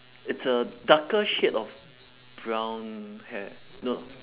it's a darker shade of brown hair no